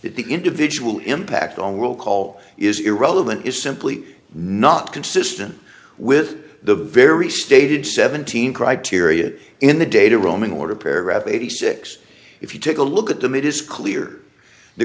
the individual impact on we'll call is irrelevant is simply not consistent with the very stated seventeen criteria in the data roaming order paragraph eighty six if you take a look at